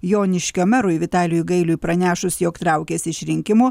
joniškio merui vitalijui gailiui pranešus jog traukiasi iš rinkimų